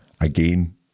again